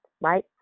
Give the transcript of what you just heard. right